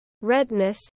redness